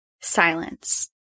Silence